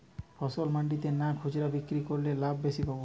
ফসল মন্ডিতে না খুচরা বিক্রি করলে লাভ বেশি পাব?